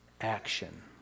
action